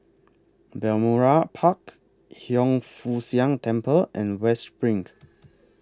Balmoral Park Hiang Foo Siang Temple and West SPRING